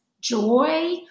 joy